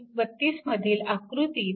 32 मधील आकृती 3